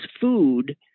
food